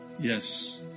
Yes